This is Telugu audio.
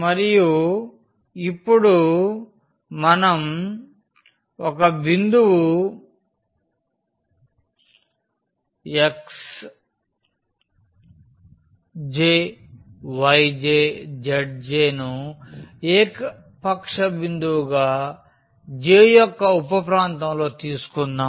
మరియు ఇప్పుడు మనం ఒక బిందువు xjyjzj ను ఏకపక్ష బిందువుగా jయొక్క ఉప ప్రాంతంలోతీసుకుందాం